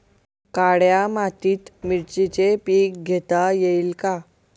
काळ्या मातीत मिरचीचे पीक घेता येईल का?